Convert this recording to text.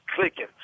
clicking